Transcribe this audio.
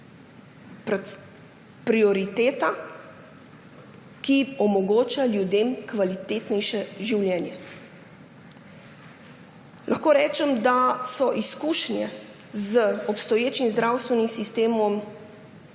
prioriteta, ki omogoča ljudem kvalitetnejše življenje. Lahko rečem, da so izkušnje z obstoječim zdravstvenim sistemom